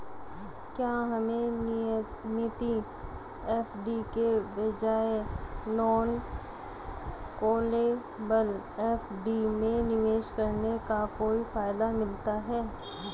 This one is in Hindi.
क्या हमें नियमित एफ.डी के बजाय नॉन कॉलेबल एफ.डी में निवेश करने का कोई फायदा मिलता है?